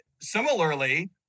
Similarly